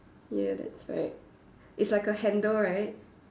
ya that's right it's like a handle right